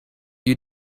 you